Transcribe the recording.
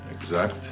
exact